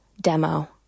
demo